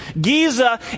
Giza